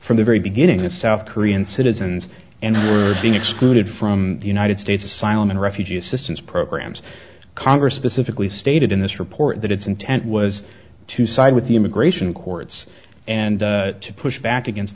from the very beginning of south korean citizens and are being excluded from the united states asylum and refugee assistance programs congress specifically stated in this report that its intent was to side with the immigration courts and to push back against